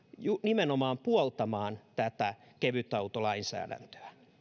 esille nimenomaan puoltamaan tätä kevytautolainsäädäntöä